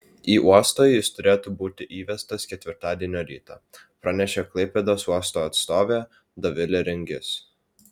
į uostą jis turėtų būti įvestas ketvirtadienio rytą pranešė klaipėdos uosto atstovė dovilė ringis